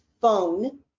phone